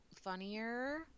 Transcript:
funnier